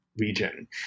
region